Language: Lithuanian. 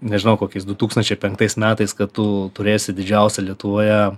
nežinau kokiais du tūkstančiai penktais metais kad tu turėsi didžiausią lietuvoje